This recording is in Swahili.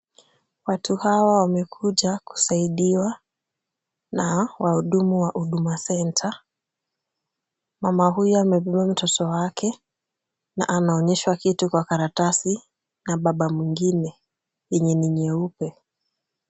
Watu hawa wamekuja kusaidiwa na wahudumu wa Huduma Center . Mama huyu amebeba mtoto wake na anaonyeshwa kitu kwa karatasi na baba mwingine yenye ni nyeupe.